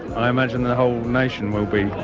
i imagine the whole nation will be.